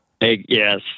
Yes